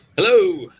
hello!